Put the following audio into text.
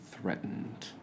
threatened